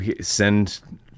send